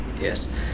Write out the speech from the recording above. yes